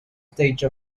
stage